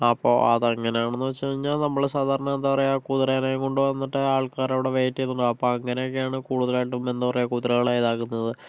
അപ്പോൾ അതങ്ങനെയാണെന്ന് വച്ച് കഴിഞ്ഞാ നമ്മള് സാധാരണ എന്താ പറയുക കുതിരനേം കൊണ്ട് വന്നിട്ട് ആൾക്കാര് അവിടെ വെയിറ്റ് ചെയ്ത് അപ്പം അങ്ങനേക്കെയായാണ് കൂടുതലായിട്ടും എന്ത് പറയാ കുതിരകളെ ഇതാക്കുന്നത്